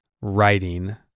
writing